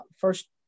first